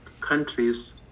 countries